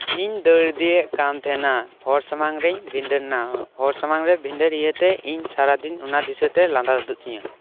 ᱤᱧ ᱫᱟᱹᱲ ᱤᱫᱤᱭᱮᱫ ᱠᱟᱱ ᱛᱟᱦᱮᱱᱟ ᱦᱚᱲ ᱥᱟᱢᱟᱝ ᱨᱮᱧ ᱵᱷᱤᱸᱫᱟᱹᱲ ᱮᱱᱟ ᱦᱚᱲ ᱥᱟᱢᱟᱝ ᱨᱮ ᱵᱷᱤᱸᱫᱟᱹᱲ ᱤᱭᱟᱹᱛᱮ ᱤᱧ ᱥᱟᱨᱟᱫᱤᱱ ᱚᱱᱟ ᱫᱤᱥᱟᱹᱛᱮ ᱞᱟᱸᱫᱟ ᱛᱩᱫᱩᱜ ᱛᱤᱧᱟᱹ